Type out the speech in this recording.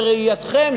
בראייתכן,